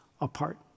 apart